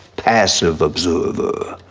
passive observer